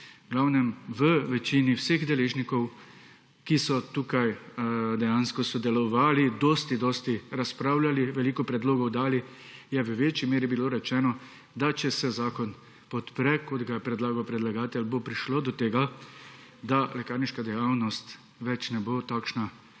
V glavnem, pri večini vseh deležnikov, ki so tukaj dejansko sodelovali, dosti dosti razpravljali, veliko predlogov dali, je bilo v večji meri rečeno, da če se zakon podpre, kot ga je predlagal predlagatelj, bo prišlo do tega, da lekarniška dejavnost ne bo več takšna,